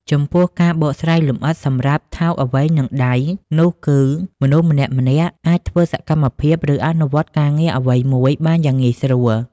ចំពោះ ការបកស្រាយលម្អិតសម្រាប់ "ថោកអ្វីនឹងដៃ" នោះគឺ មនុស្សម្នាក់ៗអាចធ្វើសកម្មភាព ឬអនុវត្តការងារអ្វីមួយបានយ៉ាងងាយស្រួល។